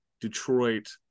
detroit